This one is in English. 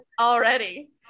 Already